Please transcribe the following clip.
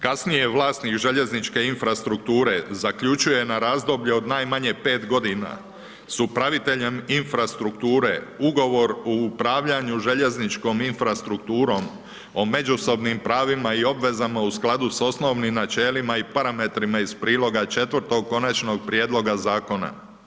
Kasnije vlasnik željezničke infrastrukture, zaključuje na razdoblje od najmanje 5 g. s upraviteljem infrastrukture, ugovor o upravljanju željezničkom infrastrukturom, o međusobnim pravima i obvezama u skladu s osnovnim načelima i parametrima iz priloga 4. konačnog prijedloga zakona.